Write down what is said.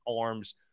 arms